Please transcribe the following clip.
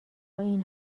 این